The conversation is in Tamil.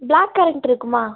பிளாக் கரெண்ட் இருக்குமா